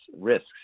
risks